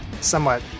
somewhat